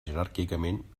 jeràrquicament